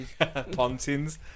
Pontins